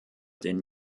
denn